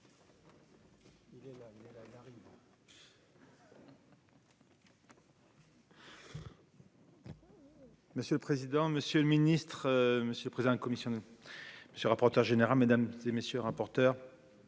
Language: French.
Monsieur le président, Monsieur le Ministre, Monsieur le Président commission je rapporteur général, mesdames et messieurs, rapporteur,